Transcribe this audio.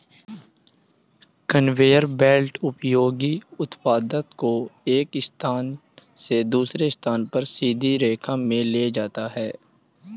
conveyor belt उपयोगी उत्पाद को एक स्थान से दूसरे स्थान पर सीधी रेखा में ले जाता है